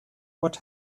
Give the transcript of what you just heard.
what